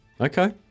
Okay